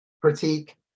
critique